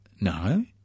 No